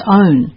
own